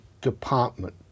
department